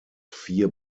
vier